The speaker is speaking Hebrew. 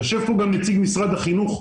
יושב כאן גם נציג משרד החינוך,